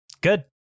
Good